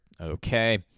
Okay